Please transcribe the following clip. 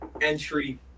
entry